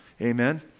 Amen